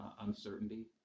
Uncertainty